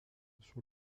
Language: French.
sur